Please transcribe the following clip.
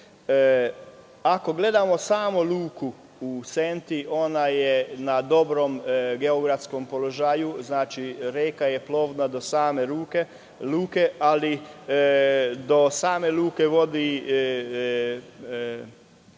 Ako gledamo samo luku u Senti ona je na dobrom geografskom položaju. Reka je plovna do same luke, ali do same luke vodi